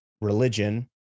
religion